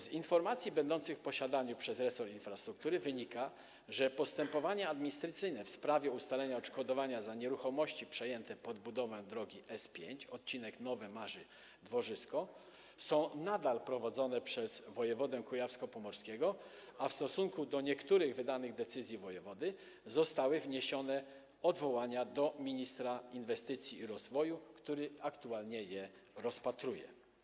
Z informacji będących w posiadaniu resortu infrastruktury wynika, że postępowania administracyjne w sprawie ustalenia odszkodowania za nieruchomości przejęte pod budowę drogi S5, odcinek Nowe Marzy - Dworzysko, są nadal prowadzone przez wojewodę kujawsko-pomorskiego, a w stosunku do niektórych wydanych decyzji wojewody zostały wniesione odwołania do ministra inwestycji i rozwoju, który aktualnie je rozpatruje.